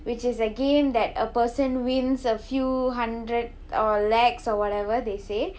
which is a game that a person wins a few hundred or lakhs or whatever they say